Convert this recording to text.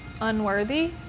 unworthy